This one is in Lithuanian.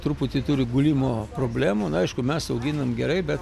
truputį turi gulimo problemų na aišku mes auginam gerai bet